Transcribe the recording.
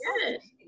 Yes